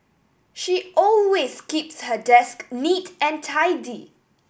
she always keeps her desk neat and tidy